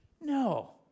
No